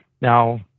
Now